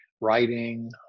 writing